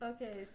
Okay